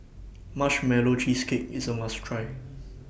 Marshmallow Cheesecake IS A must Try